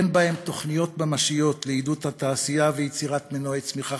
אין בהן תוכניות ממשיות לעידוד התעשייה וליצירת מנועי צמיחה